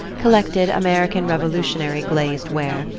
collected american revolutionary glazed ware,